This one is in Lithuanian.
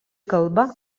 kalba